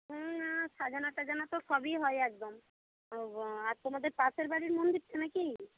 সাজানো টাজানো তো সবই হয় একদম আর তোমাদের পাশের বাড়ির মন্দিরটা না কি